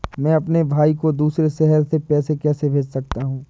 मैं अपने भाई को दूसरे शहर से पैसे कैसे भेज सकता हूँ?